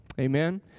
amen